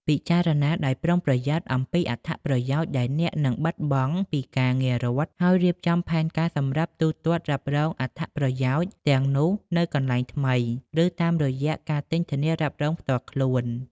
ពិចារណាដោយប្រុងប្រយ័ត្នអំពីអត្ថប្រយោជន៍ដែលអ្នកនឹងបាត់បង់ពីការងាររដ្ឋហើយរៀបចំផែនការសម្រាប់ទូទាត់រ៉ាប់រងអត្ថប្រយោជន៍ទាំងនោះនៅកន្លែងថ្មី ឬតាមរយៈការទិញធានារ៉ាប់រងផ្ទាល់ខ្លួន។